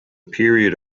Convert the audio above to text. period